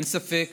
אין ספק